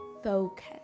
focus